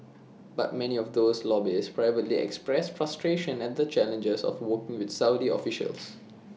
but many of those lobbyists privately express frustration at the challenges of working with Saudi officials